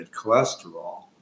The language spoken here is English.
cholesterol